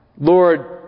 Lord